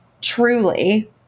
truly